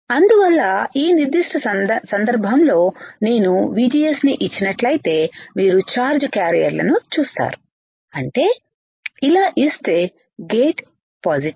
అందువల్ల ఈ నిర్ధిష్ట సందర్భంలో నేను VGS ని ఇచ్చినట్లయితే మీరు ఛార్జ్ క్యారియర్లని చూస్తారు అంటే ఇలా ఇస్తే గేట్ పాజిటివ్